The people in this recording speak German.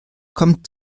kommt